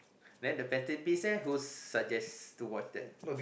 then the fantastic beasts leh who suggest to watch that